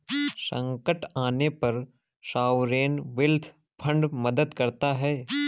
संकट आने पर सॉवरेन वेल्थ फंड मदद करता है